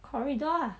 corridor ah